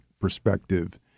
perspective